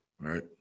right